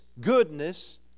goodness